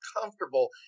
comfortable